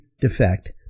defect